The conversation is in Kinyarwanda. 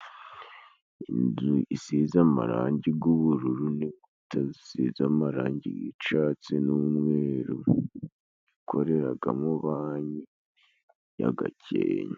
Inzu isize amarangi g'ubururu n'nkuta zisize amarangi y'icatsi n'umweru, ikoreragamo Banki ya Gakenke.